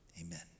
amen